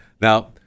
Now